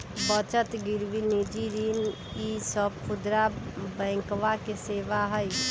बचत गिरवी निजी ऋण ई सब खुदरा बैंकवा के सेवा हई